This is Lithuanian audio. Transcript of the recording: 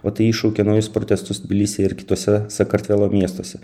o tai iššaukė naujus protestus tbilisyje ir kituose sakartvelo miestuose